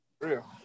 Real